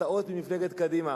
הפתעות ממפלגת קדימה.